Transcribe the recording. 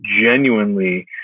genuinely